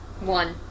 one